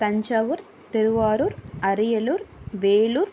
Thanjavur Thiruvarur Ariyalur Vellore